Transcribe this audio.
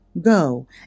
go